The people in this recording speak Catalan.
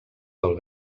pel